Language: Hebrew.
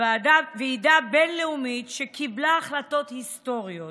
ועידה בין-לאומית שקיבלה החלטות היסטוריות